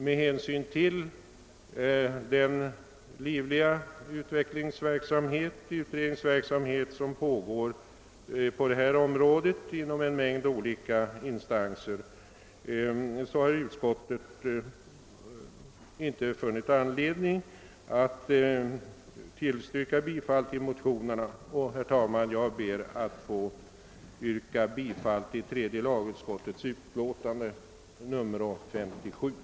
Med hänsyn till den livliga utredningsverksamhet på detta område som pågår inom en mängd instanser har utskottet inte funnit anledning att tillstyrka motionerna, och jag yrkar bifall till utskottets hemställan.